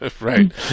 Right